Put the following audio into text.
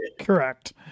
correct